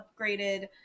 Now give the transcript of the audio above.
upgraded